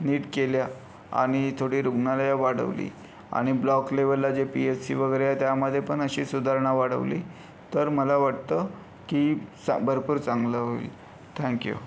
नीट केल्या आणि थोडी रुग्णालयं वाढवली आणि ब्लॉक लेवलला जे पी एस सी वगैरे आहे त्यामध्ये पण अशी सुधारणा वाढवली तर मला वाटतं की चा भरपूर चांगलं होईल थँक्यू